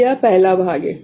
तो यह पहला भाग है